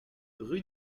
rue